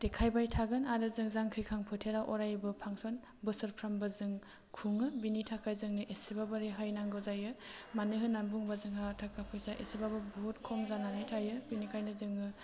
देखायबाय थागोन आरो जों जांख्रिखां फोथायाव अरायबो फान्सन बोसोरफ्रोमबो जों खुङो बिनि थाखाय जोंनो एसेबाबो रेहाय नांगौ जायो मानो होननानै बुंबा जोंहा थाखा फैसा एसेबाबो बुहुत खम जानानै थायो बिनिखायनो जोङो